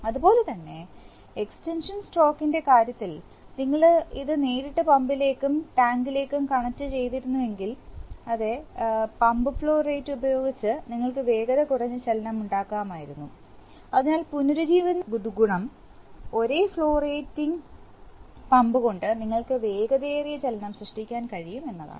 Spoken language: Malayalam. അതുപോലെ തന്നെ എക്സ്റ്റൻഷൻ സ്ട്രോക്കിന്റെ കാര്യത്തിൽ നിങ്ങൾ ഇത് നേരിട്ട് പമ്പിലേക്കും ടാങ്കിലേക്കും കണക്റ്റുചെയ്തിരുന്നുവെങ്കിൽ അതേ പമ്പ് ഫ്ലോ റേറ്റ് ഉപയോഗിച്ച് നിങ്ങൾക്ക് വേഗത കുറഞ്ഞ ചലനമുണ്ടാകുമായിരുന്നു അതിനാൽ പുനരുജ്ജീവനത്തിന്റെ ഗുണം ഒരേ ഫ്ലോ റേറ്റ് റേറ്റിംഗ് പമ്പ്കൊണ്ട്നിങ്ങൾക്ക് വേഗതയേറിയ ചലനം സൃഷ്ടിക്കാൻ കഴിയും എന്നതാണ്